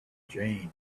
jane